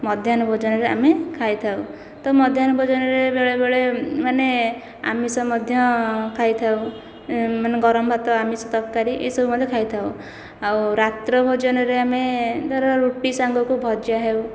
ମଧ୍ୟାହ୍ନ ଭୋଜନରେ ଆମେ ଖାଇଥାଉ ତ ମଧ୍ୟାହ୍ନ ଭୋଜନରେ ବେଳେ ବେଳେ ମାନେ ଆମିଷ ମଧ୍ୟ ଖାଇଥାଉ ମାନେ ଗରମ ଭାତ ଆମିଷ ତରକାରୀ ଏହି ସବୁ ମଧ୍ୟ ଖାଇଥାଉ ଆଉ ରାତ୍ର ଭୋଜନରେ ଆମେ ଧର ରୁଟି ସାଙ୍ଗକୁ ଭଜା ହେଉ